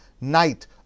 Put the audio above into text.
night